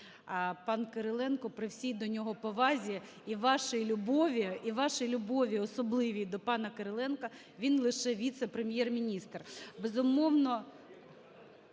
Пан Кириленко, при всій до нього повазі і вашій любові, і вашій любові особливій до пана Кириленка, він лише віце-прем’єр-міністр.